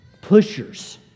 pushers